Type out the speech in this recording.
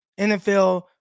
NFL